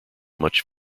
much